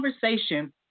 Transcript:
conversation